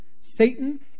Satan